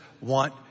want